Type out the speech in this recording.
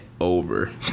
over